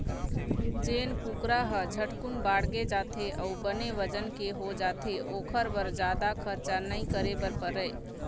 जेन कुकरा ह झटकुन बाड़गे जाथे अउ बने बजन के हो जाथे ओखर बर जादा खरचा नइ करे बर परय